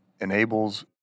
enables